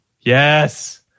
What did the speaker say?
Yes